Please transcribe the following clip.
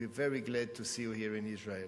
we are very glad to see you here in Israel.